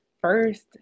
first